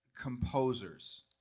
composers